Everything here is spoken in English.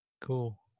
cool